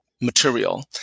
material